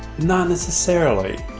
not necessarily.